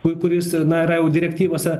ku kuris na yra jau direktyvose